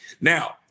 Now